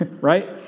right